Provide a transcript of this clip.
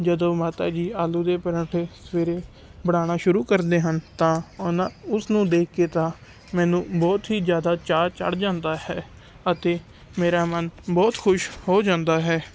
ਜਦੋਂ ਮਾਤਾ ਜੀ ਆਲੂ ਦੇ ਪਰੌਂਠੇ ਸਵੇਰੇ ਬਣਾਉਣਾ ਸ਼ੁਰੂ ਕਰਦੇ ਹਨ ਤਾਂ ਉਹਨਾਂ ਉਸਨੂੰ ਦੇਖ ਕੇ ਤਾਂ ਮੈਨੂੰ ਬਹੁਤ ਹੀ ਜ਼ਿਆਦਾ ਚਾਅ ਚੜ੍ਹ ਜਾਂਦਾ ਹੈ ਅਤੇ ਮੇਰਾ ਮਨ ਬਹੁਤ ਖੁਸ਼ ਹੋ ਜਾਂਦਾ ਹੈ